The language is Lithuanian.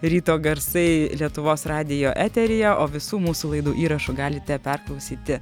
ryto garsai lietuvos radijo eteryje o visų mūsų laidų įrašų galite perklausyti